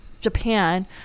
Japan